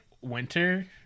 winter